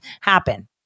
happen